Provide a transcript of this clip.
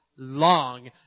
Long